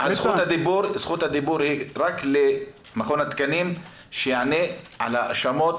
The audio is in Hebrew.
עכשיו זכות הדיבור היא רק למכון התקנים שיענה על ההאשמות